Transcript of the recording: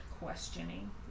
questioning